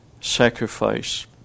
sacrifice